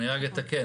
רק אתקן,